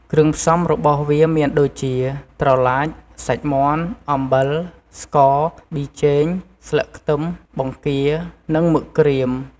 គ្រឿងផ្សំរបស់វាមានដូចជា ត្រឡាច សាច់មាន់ អំបិល ស្ករ ប៊ីចេង ស្លឹកខ្ទឹម បង្គារនិងមឹកក្រៀម។